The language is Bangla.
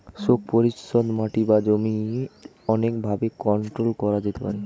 শোক পরিচ্ছদ মাটি বা জমি অনেক ভাবে কন্ট্রোল করা যেতে পারে